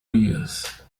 use